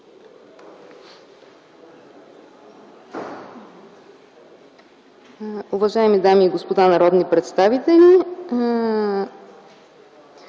Уважаеми дами и господа народни представители!